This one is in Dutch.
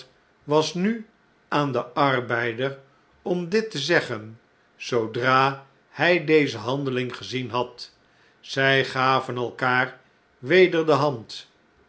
was nu aan den arbeider om dit te zeggen zoodra hij deze handeiing gezien had zjj gaven elkaar weder de hand